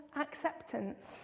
acceptance